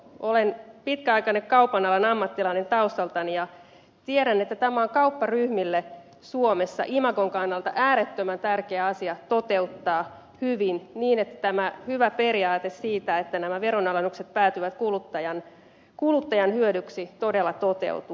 olen pitkäaikainen kaupan alan ammattilainen taustaltani ja tiedän että tämä on kaupparyhmille suomessa imagon kannalta äärettömän tärkeä asia toteuttaa hyvin niin että tämä hyvä periaate siitä että nämä veronalennukset päätyvät kuluttajan hyödyksi todella toteutuu